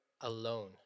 alone